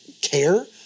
care